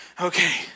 okay